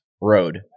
road